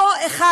אותו אחד,